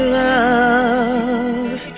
love